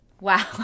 Wow